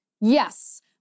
Yes